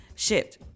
shipped